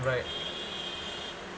right